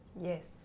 Yes